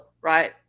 right